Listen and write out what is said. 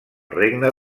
regne